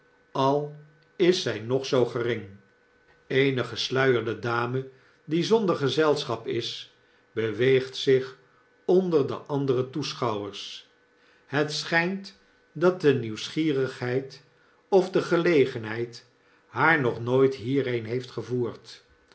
al is zy nog zoo gering eene gesluierde dame die zonder gezelschap is beweegt zich onder de andere toeschouwers het schynt dat de nieuwsgierigheid of de gelegenheid haar nog nooit hierheen heeft gevoerd